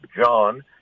John